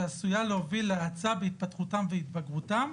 שעשויה להוביל להאצה בהתפתחותם והתבגרותם,